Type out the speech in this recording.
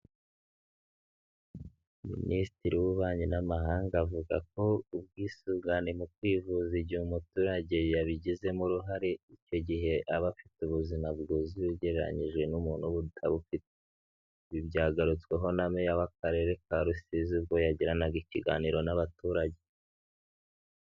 Minisitiri w'ububanyi n'amahanga avuga ko ubwisungane mu kwivuza igihe umuturage yabigizemo uruhare, icyo gihe aba afite ubuzima bwuzuye ugereranyije n'umuntu uba utabufite, ibi byagarutsweho na meya w'Akarere ka Rusizi ubwo yagiranaga ikiganiro n'abaturage.